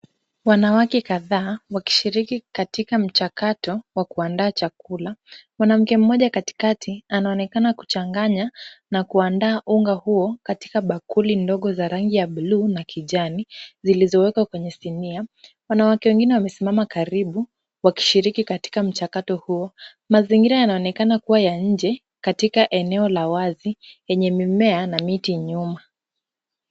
Wanawake kadhaa wakishiriki katika mchakato wa kuandaa chakula. Mwanamke mmoja katikati anaonekana kuchanganya na kuandaa unga huo katika bakuli ndogo za rangi ya blue na kijani zilizowekwa kwenye sinia. Wanawake wengine wamesimama karibu wakishiriki katika mchakato huo. Mazingira yanaonekana kuwa ya nje katika eneo la wazi yenye mimea na miti nyuma.